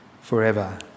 forever